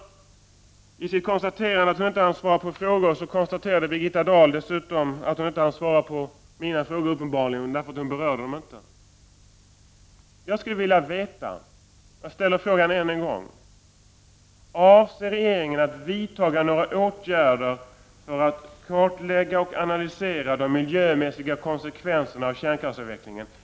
Birgitta Dahl konstaterade att hon inte hann svara på frågorna, uppenbarligen inte heller på mina, eftersom hon inte berörde dem. Jag ställer än en gång frågan: Avser regeringen att vidta några åtgärder för att kartlägga och analysera de miljömässiga konsekvenserna av kärnkraftsavvecklingen?